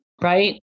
Right